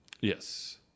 yes